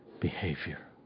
behavior